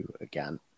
again